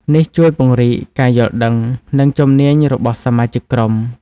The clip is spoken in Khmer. នេះជួយពង្រីកការយល់ដឹង និងជំនាញរបស់សមាជិកក្រុម។